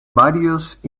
varios